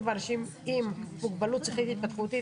באנשים עם מוגבלות שכלית-התפתחותית),